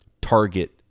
target